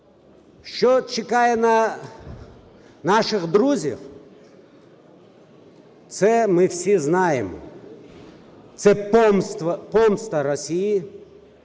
Що чекає на наших друзів, це ми всі знаємо. Це помста Росії,